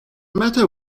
matter